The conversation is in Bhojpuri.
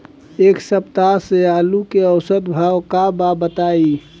एक सप्ताह से आलू के औसत भाव का बा बताई?